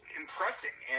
impressing